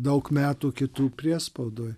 daug metų kitų priespaudoj